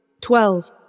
Twelve